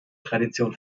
tradition